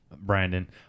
Brandon